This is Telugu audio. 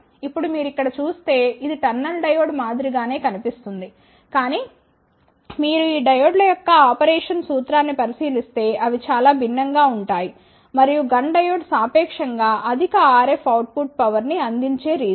ఇప్పుడు మీరు ఇక్కడ చూస్తే ఇది టన్నెల్ డయోడ్ మాదిరి గానే కనిపిస్తుంది కానీ మీరు ఈ డయోడ్ల యొక్క ఆపరేషన్ సూత్రాన్ని పరిశీలిస్తే అవి చాలా భిన్నం గా ఉంటాయి మరియు GUNN డయోడ్ సాపేక్షం గా అధిక RF అవుట్ పుట్ పవర్ ని అందించే రీజియన్